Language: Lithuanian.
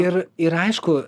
ir ir aišku